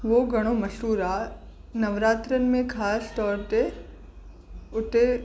उहो घणो मशहूरु आहे नवरात्रनि में ख़ासि तौर ते उते